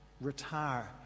retire